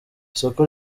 isoko